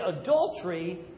adultery